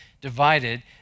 divided